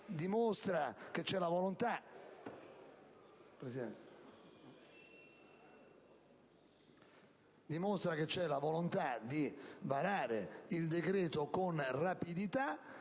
dimostra che c'è la volontà di approvare il decreto con rapidità,